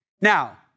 Now